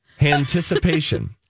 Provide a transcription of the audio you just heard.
Anticipation